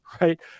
right